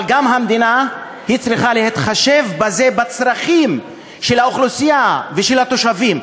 אבל המדינה גם צריכה להתחשב בצרכים של האוכלוסייה ושל התושבים.